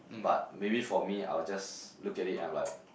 but maybe for me I will just look at it and like